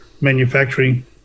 manufacturing